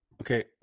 Okay